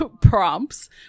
prompts